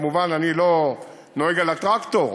כמובן, אני לא נוהג בטרקטור